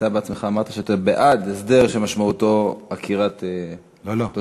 אתה בעצמך שאמרת שאתה בעד הסדר שמשמעותו עקירת תושבים.